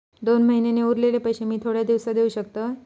दोन महिन्यांचे उरलेले पैशे मी थोड्या दिवसा देव शकतय?